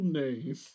name